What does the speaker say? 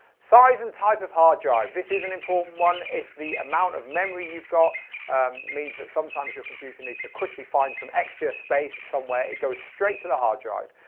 size and type of hard drive, this is an important one. if the amount of memory you've got means that sometimes your computer needs to quickly find some extra space somewhere it goes straight to the hard drive.